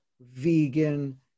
vegan